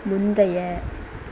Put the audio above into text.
முந்தைய